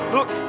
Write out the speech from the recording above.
Look